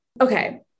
Okay